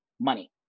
money